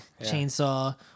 chainsaw